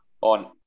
On